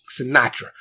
Sinatra